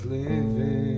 living